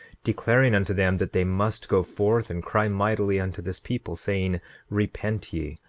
declaring unto them that they must go forth and cry mightily unto this people, saying repent ye,